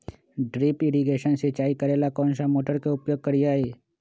Drip irrigation सिंचाई करेला कौन सा मोटर के उपयोग करियई?